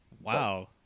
Wow